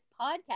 podcast